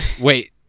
Wait